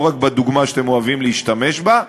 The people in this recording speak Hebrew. לא רק בדוגמה שאתם אוהבים להשתמש בה,